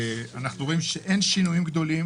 אנחנו רואים שאין שינויים גדולים